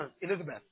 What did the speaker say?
Elizabeth